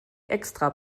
extra